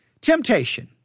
Temptation